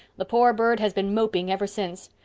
the poor bird has been moping ever since.